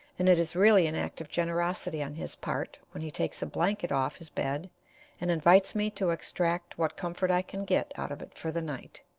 and it is really an act of generosity on his part when he takes a blanket off his bed and invites me to extract what comfort i can get out of it for the night.